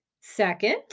Second